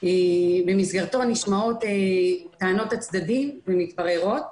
במסגרתו נשמעות טענות הצדדים, ומתבררות.